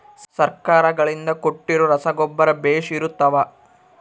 ಸರ್ಕಾರಗಳಿಂದ ಕೊಟ್ಟಿರೊ ರಸಗೊಬ್ಬರ ಬೇಷ್ ಇರುತ್ತವಾ?